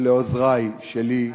ולעוזרָי, ולעוזרי שלי,